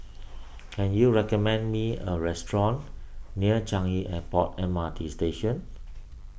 can you recommend me a restaurant near Changi Airport M R T Station